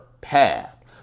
path